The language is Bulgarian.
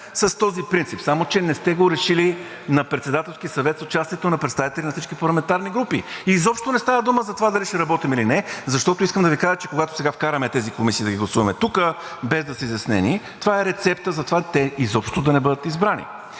с този принцип, само че не сте го решили на Председателски съвет с участието на представители на всички парламентарни групи. Изобщо не става дума за това дали ще работим или не, защото искам да Ви кажа, че когато сега вкараме тези комисии да ги гласуваме тук, без да са изяснени, това е рецепта за това те изобщо да не бъдат избрани.